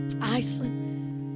Iceland